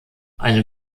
eine